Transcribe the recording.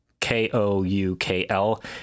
K-O-U-K-L